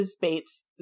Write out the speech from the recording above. Bates